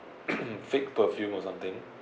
fake perfume or something